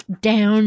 down